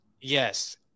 Yes